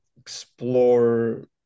explore